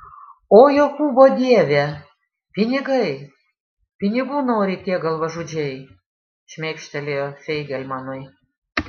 o jokūbo dieve pinigai pinigų nori tie galvažudžiai šmėkštelėjo feigelmanui